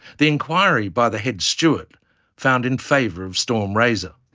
the enquiry by the head steward found in favour of storm raiser.